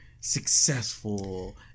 successful